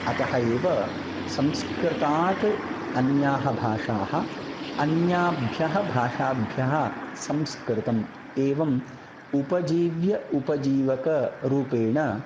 अतः एव संस्कृतात् अन्याः भाषाः अन्याभ्यः भाषाभ्यः संस्कृतम् एवम् उपजीव्य उपजीवकरूपेण